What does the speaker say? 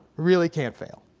really can't fail.